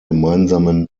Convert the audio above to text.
gemeinsamen